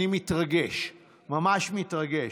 אני מתרגש, ממש מתרגש.